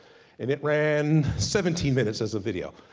and it ran seventeen minutes as a video.